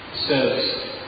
Says